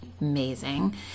amazing